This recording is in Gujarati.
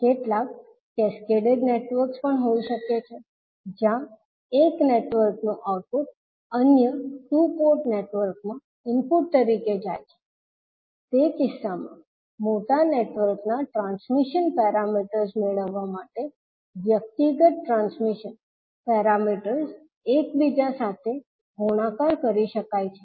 કેટલાક કેસ્કેડ નેટવર્ક્સ પણ હોઈ શકે છે જ્યાં એક નેટવર્કનું આઉટપુટ અન્ય ટુ પોર્ટ નેટવર્કમાં ઇનપુટ તરીકે જાય છે તે કિસ્સામાં મોટા નેટવર્કના ટ્રાન્સમિશન પેરામીટર્સ મેળવવા માટે વ્યક્તિગત ટ્રાન્સમિશન પેરામીટર્સ એકબીજા સાથે ગુણાકાર કરી શકાય છે